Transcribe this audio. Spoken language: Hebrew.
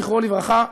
זכרו לברכה,